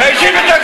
להשיב את הגזלה.